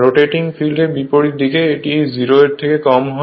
rotating ফিল্ডের বিপরীত দিকে এটি 0 এর থেকে কম হয়